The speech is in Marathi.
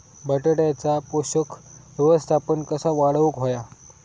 बटाट्याचा पोषक व्यवस्थापन कसा वाढवुक होया?